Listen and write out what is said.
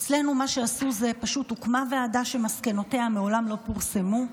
אצלנו הוקמה ועדה שמסקנותיה מעולם לא פורסמו.